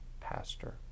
pastor